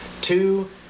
Two